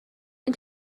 این